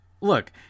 Look